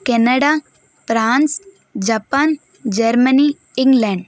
Canada France Japan Germany England